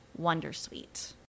wondersuite